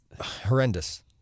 horrendous